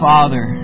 Father